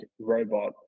robot